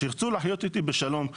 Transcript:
ישרצו לחיות אתי בשלום,